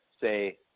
say